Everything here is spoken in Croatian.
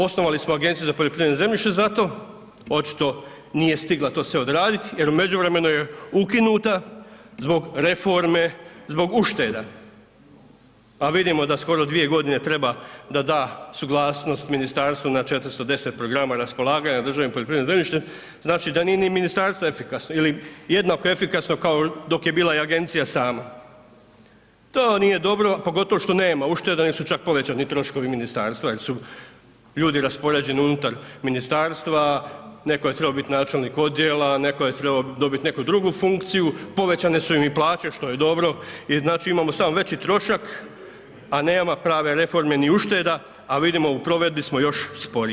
Osnovali smo Agenciju za poljoprivredno zemljište za to, očito nije stigla to sve odradit jer u međuvremenu je ukinuta zbog reforme, zbog ušteda, pa vidimo da skoro 2.g. treba da da suglasnost ministarstvo na 410 programa raspolaganja državnim poljoprivrednim zemljištem, znači da nije ni ministarstvo efikasno ili jednako efikasno kao dok je bila i agencija sama, to nije dobro, pogotovo što nema ušteda, … [[Govornik se ne razumije]] čak povećani troškovi ministarstva il su ljudi raspoređeni unutar ministarstva, netko je trebao bit načelnik odjela, netko je trebao dobit neku drugu funkciju, povećane su im i plaće što je dobro i znači imamo samo veći trošak, a nema prave reforme ni ušteda, a vidimo u provedbi smo još sporiji.